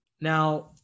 Now